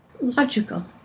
logical